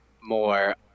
more